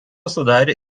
sudarė